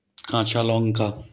কাঁচা লঙ্কা